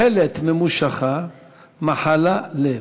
"תוחלת ממֻשכה מחלה לב".